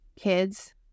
kids